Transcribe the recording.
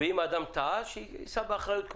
ואם אדם טעה, שיישא באחריות.